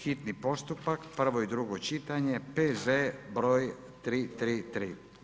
Hitni postupak, prvo i drugo čitanje, P.Z. br. 333.